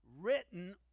written